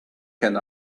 can